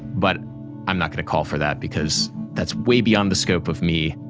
but i'm not going to call for that, because that's way beyond the scope of me,